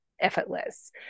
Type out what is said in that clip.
effortless